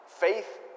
Faith